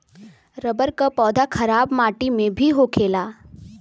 rubber क पौधा खराब माटी में भी होखेला